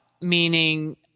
meaning